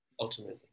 Ultimately